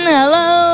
Hello